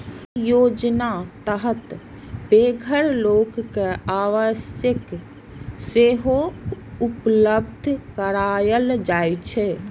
अय योजनाक तहत बेघर लोक कें आवास सेहो उपलब्ध कराएल जाइ छै